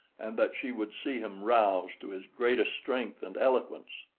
and that she would see him roused to his greatest strength and eloquence.